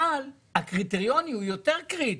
אבל, הקריטריונים הם יותר קריטיים.